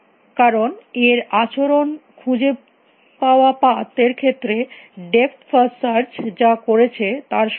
কারণ এর আচরণ খুঁজে পাওয়া পাথ এর ক্ষেত্রে ডেপথ ফার্স্ট সার্চ যা করেছে তার সমান হবে